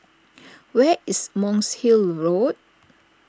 where is Monk's Hill Road